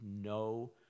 no